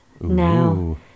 now